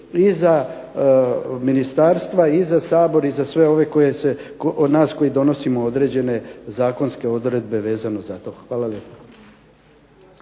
i za ministarstva i za Sabor i za sve nas koji donosimo određene zakonske odredbe vezano za to. Hvala lijepa.